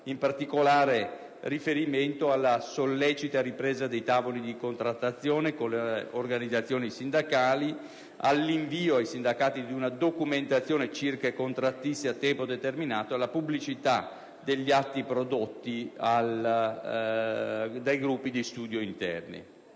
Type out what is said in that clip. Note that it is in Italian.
in particolare: alla sollecita ripresa dei tavoli di contrattazione con le organizzazioni sindacali; all'invio ai sindacati di una documentazione circa i contrattisti a tempo determinato; alla pubblicità degli atti prodotti dai gruppi di studio interni.